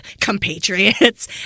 compatriots